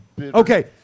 Okay